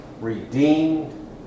redeemed